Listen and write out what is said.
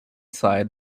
side